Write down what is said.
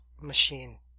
machine